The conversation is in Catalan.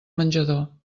menjador